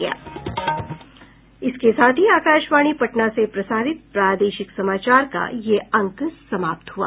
इसके साथ ही आकाशवाणी पटना से प्रसारित प्रादेशिक समाचार का ये अंक समाप्त हुआ